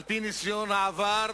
על-פי ניסיון העבר,